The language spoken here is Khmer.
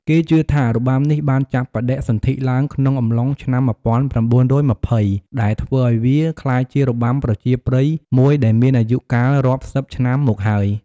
គេជឿថា របាំនេះបានចាប់បដិសន្ធិឡើងក្នុងអំឡុងឆ្នាំ១៩២០ ដែលធ្វើឱ្យវាក្លាយជារបាំប្រជាប្រិយមួយដែលមានអាយុកាលរាប់សិបឆ្នាំមកហើយ។